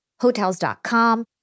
Hotels.com